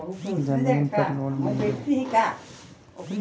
जमीन पर लोन मिलेला का?